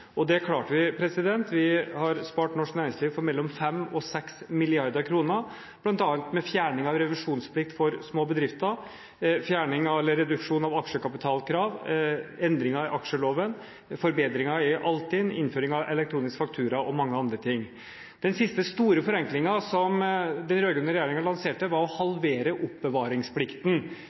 og det klarte vi. Vi har spart norsk næringsliv for mellom 5 og 6 mrd. kr, bl.a. med fjerning av revisjonsplikt for små bedrifter, reduksjon av aksjekapitalkrav, endringer i aksjeloven, forbedringer i Altinn, innføring av elektronisk faktura og mange andre ting. Den siste store forenklingen som den rød-grønne regjeringen lanserte, var å halvere oppbevaringsplikten